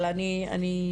אבל אני,